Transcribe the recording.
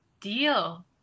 deal